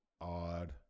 odd